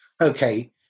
Okay